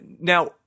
Now